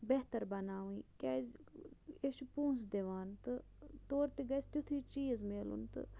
بہتر بناوٕنۍ کیٛازِ أسۍ چھِ پونٛسہٕ دِوان تہٕ تورٕ تہِ گژھِ تیُتھٕے چیٖز میلُن تہٕ